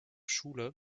schule